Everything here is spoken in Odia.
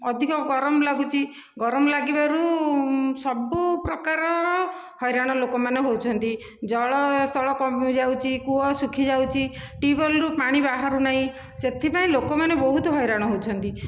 ଅଧିକ ଗରମ ଲାଗୁଛି ଗରମ ଲାଗିବାରୁ ସବୁ ପ୍ରକାରର ହଇରାଣ ଲୋକମାନେ ହେଉଛନ୍ତି ଜଳ ସ୍ଥର କମିଯାଉଛି କୂଅ ଶୁଖିଯାଉଛି ଟିଉବଲ୍ରୁ ପାଣି ବାହାରୁନାହିଁ ସେଥିପାଇଁ ଲୋକମାନେ ବହୁତ ହଇରାଣ ହେଉଛନ୍ତି